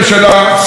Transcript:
הפריפריה,